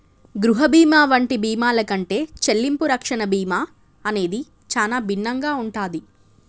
గృహ బీమా వంటి బీమాల కంటే చెల్లింపు రక్షణ బీమా అనేది చానా భిన్నంగా ఉంటాది